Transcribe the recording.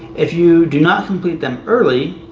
if you do not complete them early,